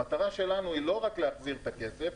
המטרה שלנו היא לא רק להחזיר את הכסף,